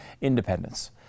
independence